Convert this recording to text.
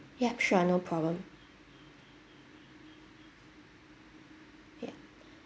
yup sure no problem ya